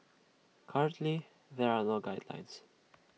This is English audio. currently there are no guidelines